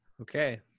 Okay